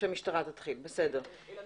אילן